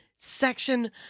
section